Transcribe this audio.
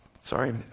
Sorry